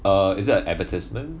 err is it an advertisement